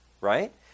right